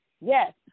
Yes